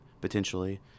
potentially